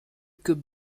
could